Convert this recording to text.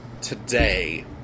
today